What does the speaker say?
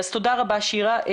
תודה רבה, שירה.